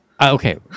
Okay